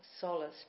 solace